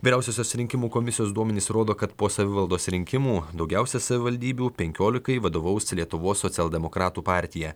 vyriausiosios rinkimų komisijos duomenys rodo kad po savivaldos rinkimų daugiausia savivaldybių penkiolikai vadovaus lietuvos socialdemokratų partija